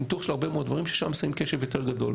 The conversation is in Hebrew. ניתוח של הרבה מאוד דברים ששם שמים קשב יותר גדול.